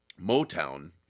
Motown